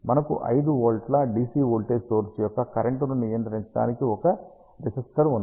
మనకు 5 వోల్ట్ల DC voltage source యొక్క కరెంట్ను నియంత్రించడానికి ఒక రెసిస్టర్ ఉన్నది